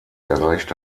erreicht